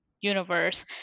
universe